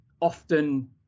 often